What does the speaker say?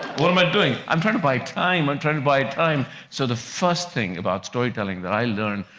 what am i doing? i'm trying to buy time. i'm trying to buy time. so the first thing about storytelling that i learned,